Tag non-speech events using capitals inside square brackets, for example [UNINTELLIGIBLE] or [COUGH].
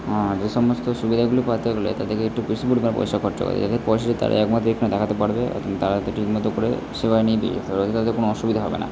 আর এ সমস্ত সুবিধাগুলি পাতে গেলে তাদেরকে একটু বেশি পরিমাণ পয়সা খরচা [UNINTELLIGIBLE] পয়সা তারাই একমাত্র এখানে দেখাতে পারবে অর্থাৎ তারা এখানে ঠিক মতো করে সেবা নিতে [UNINTELLIGIBLE] তাদের কোনো অসুবিধা হবে না